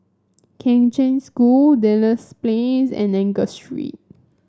Kheng Cheng School Duchess Place and Angus Street